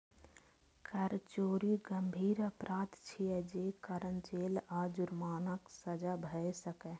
कर चोरी गंभीर अपराध छियै, जे कारण जेल आ जुर्मानाक सजा भए सकैए